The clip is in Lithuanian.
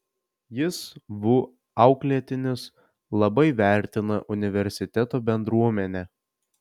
jis vu auklėtinis labai vertina universiteto bendruomenę